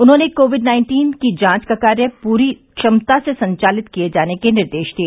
उन्होंने Covid nineteen की जांच का कार्य पूरी क्षमता से संचालित किए जाने के निर्देश दिए